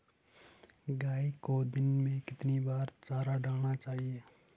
गाय को दिन में कितनी बार चारा डालना चाहिए?